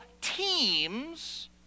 teams